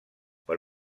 per